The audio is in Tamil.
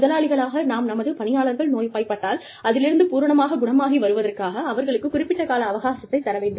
முதலாளிகளாக நாம் நமது பணியாளர்கள் நோய்வாய்ப்பட்டால் அதிலிருந்து பூரணமாகக் குணமாகி வருவதற்காக அவர்களுக்குக் குறிப்பிட்ட கால அவகாசத்தைத் தர வேண்டும்